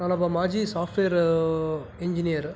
ನಾನೊಬ್ಬ ಮಾಜಿ software engineer